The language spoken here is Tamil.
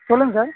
சொல்லுங்கள் சார்